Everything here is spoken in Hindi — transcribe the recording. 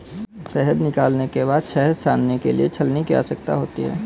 शहद निकालने के बाद शहद छानने के लिए छलनी की आवश्यकता होती है